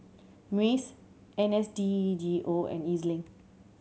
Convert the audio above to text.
MUIS N S D G O and E Z Link